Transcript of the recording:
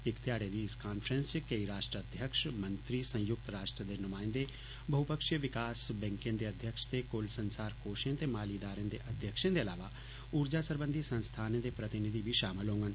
इक्क ध्याड़े उर इस कांफ्रैस च केंई राष्ट्र अध्यक्ष मंत्री सयुक्त राष्ट्र दे नुमायंदे बहुपक्षीय विकास बैंके दे अध्यक्ष ते कुल संसार कोणें ते माली इदारें दे अध्यक्षें दे अलावा ऊर्जा सरबंधी संसीने दे प्रतिनिधि बी शामल होङन